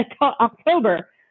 october